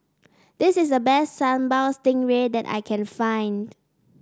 this is the best Sambal Stingray that I can find